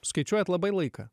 skaičiuojat labai laiką